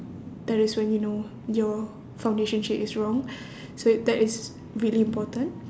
that is when you know your foundation shade is wrong so that is really important